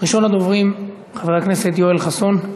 ראשון הדוברים, חבר הכנסת יואל חסון.